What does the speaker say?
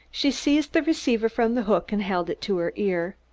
she seized the receiver from the hook and held it to her ear.